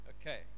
okay